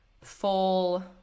full